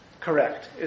Correct